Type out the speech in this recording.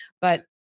But-